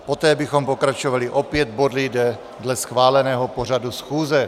Poté bychom pokračovali opět body dle schváleného pořadu schůze.